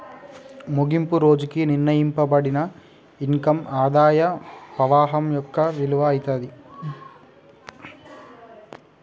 ముగింపు రోజుకి నిర్ణయింపబడిన ఇన్కమ్ ఆదాయ పవాహం యొక్క విలువ అయితాది